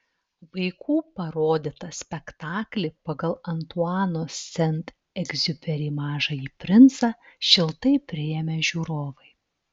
vaikų parodytą spektaklį pagal antuano sent egziuperi mažąjį princą šiltai priėmė žiūrovai